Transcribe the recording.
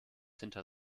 hinter